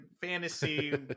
fantasy